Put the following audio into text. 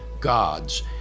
gods